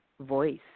voice